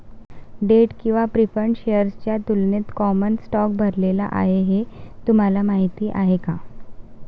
Date किंवा preferred शेअर्सच्या तुलनेत कॉमन स्टॉक भरलेला आहे हे तुम्हाला माहीत आहे का?